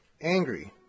angry